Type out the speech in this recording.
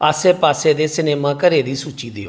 आसे पासे दे सिनेमाघरें दी सूची देओ